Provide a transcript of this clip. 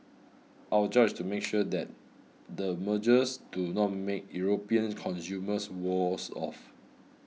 our job is to make sure that the mergers do not make European consumers worse off